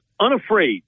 unafraid